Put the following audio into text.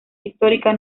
histórica